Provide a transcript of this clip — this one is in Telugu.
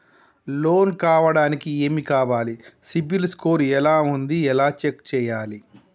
లోన్ కావడానికి ఏమి కావాలి సిబిల్ స్కోర్ ఎలా ఉంది ఎలా చెక్ చేయాలి?